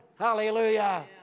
hallelujah